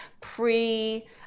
pre